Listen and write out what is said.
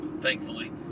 thankfully